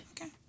okay